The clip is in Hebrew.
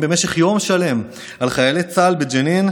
במשך יום שלם על חיילי צה"ל בג'נין,